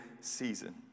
season